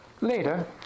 Later